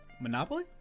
Monopoly